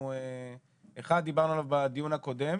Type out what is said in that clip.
על אחד דיברנו בדיון הקודם